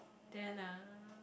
then uh